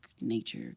Nature